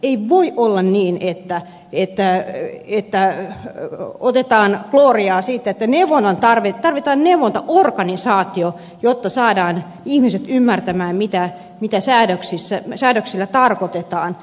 ei voi olla niin että otetaan glooriaa siitä että tarvitaan neuvontaorganisaatio jotta saadaan ihmiset ymmärtämään mitä säädöksillä tarkoitetaan